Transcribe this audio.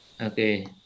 Okay